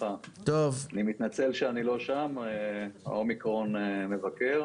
אני מתנצל שאני לא שם, האומיקרון מבקר.